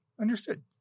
Understood